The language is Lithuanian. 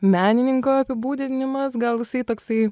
menininko apibūdinimas gal jisai toksai